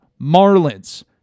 Marlins